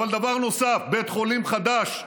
אבל דבר נוסף, בית חולים חדש,